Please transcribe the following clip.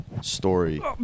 story